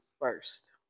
first